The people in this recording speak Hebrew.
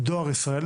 דואר ישראל,